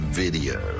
video